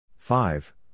Five